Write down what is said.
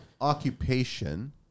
occupation